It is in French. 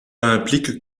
implique